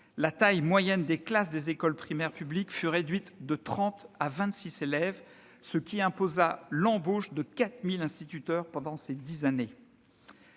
la taille moyenne des classes des écoles primaires publiques fut réduite de 30 à 26 élèves, ce qui imposa l'embauche de 4 000 instituteurs pendant ces dix années.